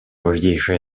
важнейшее